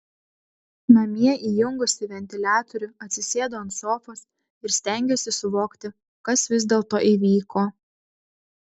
namie įjungusi ventiliatorių atsisėdu ant sofos ir stengiuosi suvokti kas vis dėlto įvyko